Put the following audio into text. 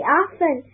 often